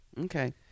Okay